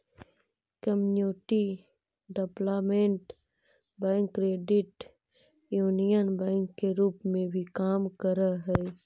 community development bank credit union bank के रूप में भी काम करऽ हइ